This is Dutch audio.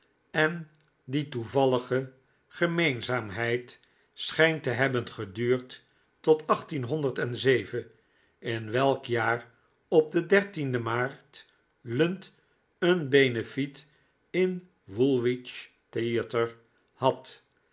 en die toevallige gemeenzaamheid schijnt te hebben geduurd tot en in welk jaar op den dertienden maart lund een benefiet in woolwich theater had